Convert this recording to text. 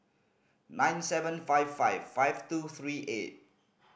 nine seven five five five two three eight